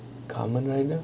comman rider